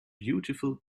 beautiful